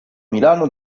milano